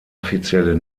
offizielle